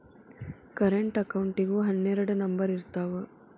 current ಅಕೌಂಟಿಗೂ ಹನ್ನೆರಡ್ number ಇರ್ತಾವ